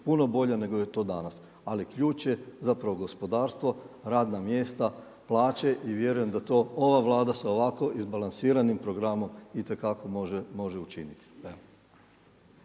puno bolja nego je to danas. Ali ključ je zapravo gospodarstvo, radna mjesta, plaće i vjerujem da to ova Vlada sa ovako izbalansiranim programom itekako može učiniti.